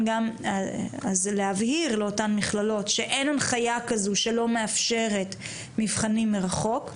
אז להבהיר לאותן מכללות שאין הנחיה כזאת שלא מאפשרת מבחנים מרחוק,